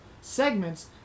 segments